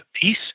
peace